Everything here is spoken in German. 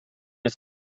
ist